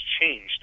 changed